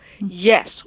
Yes